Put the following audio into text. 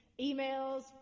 emails